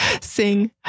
sing